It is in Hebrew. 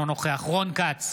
אינו נוכח רון כץ,